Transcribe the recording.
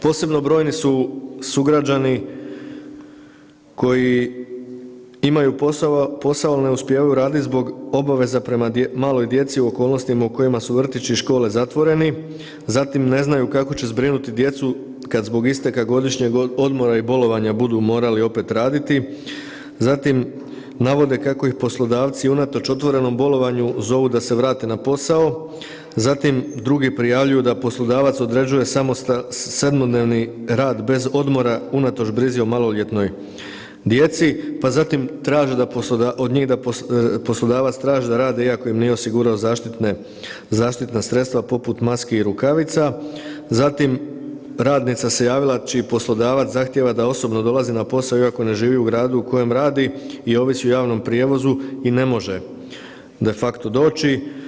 Posebno brojni su sugrađani koji imaju posao ali ne uspijevaju raditi zbog obaveza prema maloj djeci u okolnostima u kojima su vrtići i škole zatvoreni, zatim ne znaju kako će zbrinuti djecu kad zbog isteka godišnjeg odmora i bolovanja budu morali opet raditi, zatim navode kako ih poslodavci unatoč otvorenom bolovanju zovu da se vrate na posao, zatim drugi prijavljuju da poslodavac određuje 7-dnevni rad bez odmora unatoč brizi o maloljetnoj djeci, pa zatim traže da, od njih poslodavac traži da rade iako im nije osigurao zaštitna sredstva poput maski i rukavica, zatim radnica se javila čiji poslodavac zahtijeva da osobno dolazi na posao iako ne živi u gradu u kojem radi i ovisi o javnom prijevozu i ne može de facto doći.